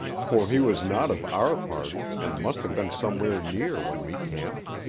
for he was not of our party and must have been somewhere near when we camped.